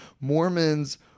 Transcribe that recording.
Mormons